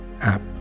app